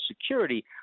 security